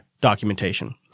documentation